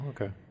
okay